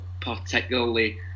particularly